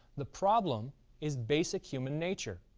the problem is basic human nature.